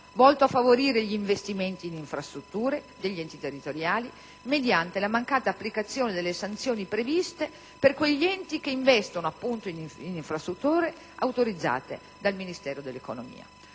volto a favorire gli investimenti in infrastrutture degli enti territoriali, mediante la mancata applicazione delle sanzioni previste per quegli enti che investono appunto in infrastrutture autorizzate dal Ministero dell'economia.